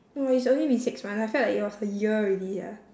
!wah! it's only been six months I felt like it was a year already sia